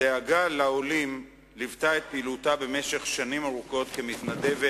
הדאגה לעולים ליוותה את פעילותה במשך שנים רבות כמתנדבת,